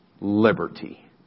Liberty